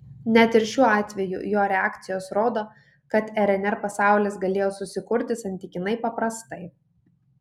net ir šiuo atveju jo reakcijos rodo kad rnr pasaulis galėjo susikurti santykiniai paprastai